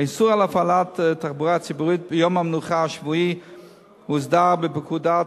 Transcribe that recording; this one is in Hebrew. האיסור על הפעלת תחבורה ציבורית ביום המנוחה השבועי הוסדר בפקודת